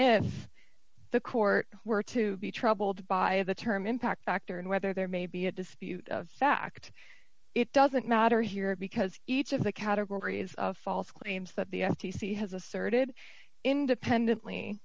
if the court were to be troubled by the term impact factor and whether there may be a dispute of fact it doesn't matter here because each of the categories of false claims that the f t c has asserted independently